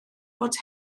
fod